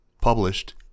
Published